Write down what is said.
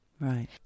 Right